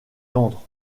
langres